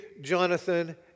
Jonathan